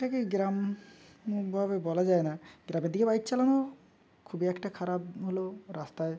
এটাকে গ্রাম ভাবে বলা যায় না গ্রামের দিকে বাইক চালানো খুবই একটা খারাপ হলো রাস্তায়